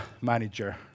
manager